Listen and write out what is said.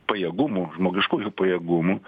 pajėgumų žmogiškųjų pajėgumų